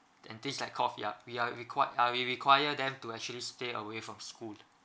and this like cough ya we are re~ uh we require them to actually stay away from school